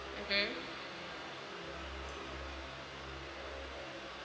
mmhmm